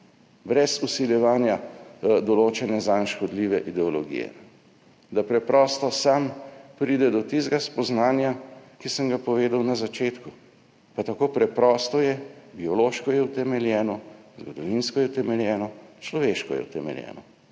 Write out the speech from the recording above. brez vsiljevanja določene zanj škodljive ideologije. Da preprosto sam pride do tistega spoznanja, ki sem ga povedal na začetku. Pa tako preprosto je, biološko je utemeljeno, zgodovinsko je utemeljeno, človeško je utemeljeno.